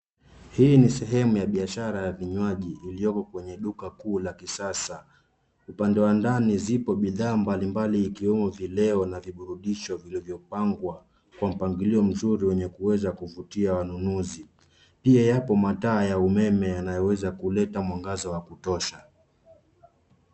Hii ni sehemu ya biashara ya vinywaji iliyoko kwenye duka kuu la kisasa. Upande wa ndani zipo bidhaa mbalimbali ikiwemo vileo na viburudisho vilivyopangwa kwa mpangilio mzuri mwenye kuweza kuvutia wanunuzi. Pia yapo mataa ya umeme yanayoweza kuleta mwangaza wa kutosha.